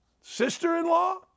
sister-in-law